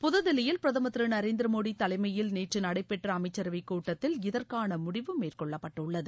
புதுதில்லியில் பிரதமர் திரு நரேந்திரமோடி தலைமையில் நேற்று நடைபெற்ற அமைச்சரவைக் கூட்டத்தில் இதற்கான முடிவு மேற்கொள்ளப்பட்டுள்ளது